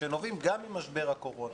שנובעים גם ממשבר הקורונה.